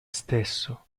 stesso